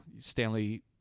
Stanley